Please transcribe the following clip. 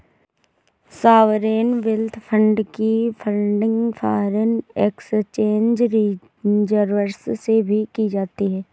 sovereign wealth fund की funding foreign exchange reserves से भी की जाती है